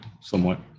somewhat